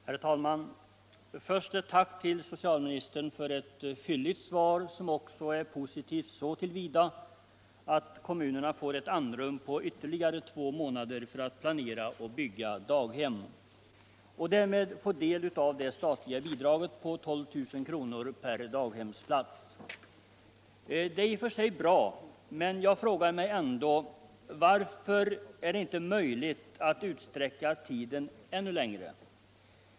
Herr talman! Först ett tack till socialministern för ett fylligt svar, som också är positivi så till vida att kommunerna får ett andrum på ytterligare två månader för att planera och bygga daghem och därmed få del av det statliga bidraget på 12000 kr. per daghemsplats. Det är i och för sig bra, men jag frågar mig 'ändå: Varför är det inte möjligt att utsträcka tiden ännu längre?